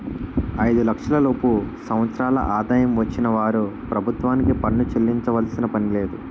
ఐదు లక్షల లోపు సంవత్సరాల ఆదాయం వచ్చిన వారు ప్రభుత్వానికి పన్ను చెల్లించాల్సిన పనిలేదు